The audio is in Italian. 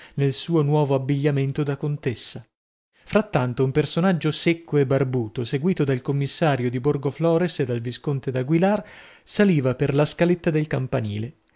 nel suo nuovo abbigliamento da contessa frattanto un personaggio secco e barbuto seguito dal commissario di borgoflores e dal visconte daguilar saliva per la scaletta del campanile